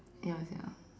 ya sia